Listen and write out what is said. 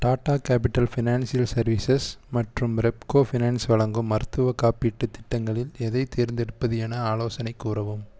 Tata capital financial services மற்றும் Repco finance வழங்கும் மருத்துவ காப்பீட்டு திட்டங்களில் எதை தேர்ந்தெடுப்பது என ஆலோசனை கூறவும்